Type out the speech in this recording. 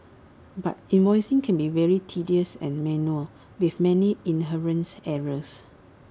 but invoicing can be very tedious and manual with many inherents errors